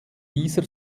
dieser